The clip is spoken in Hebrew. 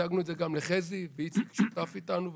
הצגנו אותו גם לחזי ולאיציק שהוא שותף שלנו,